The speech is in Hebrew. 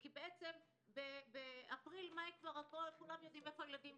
כי בעצם באפריל מאי כולם כבר יודעים איפה הילדים